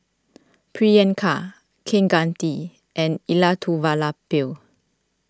Priyanka Kaneganti and Elattuvalapil